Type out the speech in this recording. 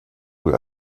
wohl